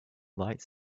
lies